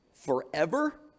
forever